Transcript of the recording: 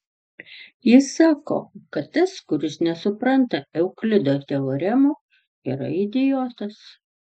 jis sako kad tas kuris nesupranta euklido teoremų yra idiotas